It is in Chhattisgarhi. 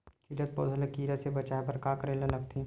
खिलत पौधा ल कीरा से बचाय बर का करेला लगथे?